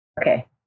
Okay